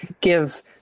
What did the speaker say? give